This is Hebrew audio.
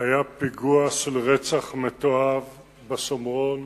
היה פיגוע של רצח מתועב בשומרון